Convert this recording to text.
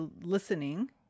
listening